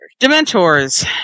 Dementors